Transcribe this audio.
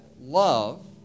love